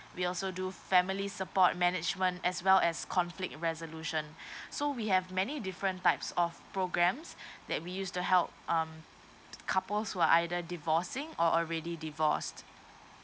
we also do family support management as well as conflict resolution so we have many different types of programs that we used to help um couples who are either divorcing or already divorced